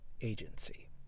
agency